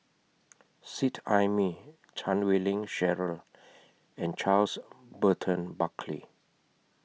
Seet Ai Mee Chan Wei Ling Cheryl and Charles Burton Buckley